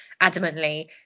adamantly